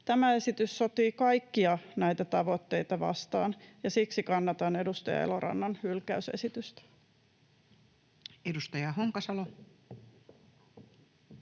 Tämä esitys sotii kaikkia näitä tavoitteita vastaan, ja siksi kannatan edustaja Elorannan hylkäysesitystä. Edustaja Honkasalo.